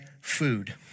food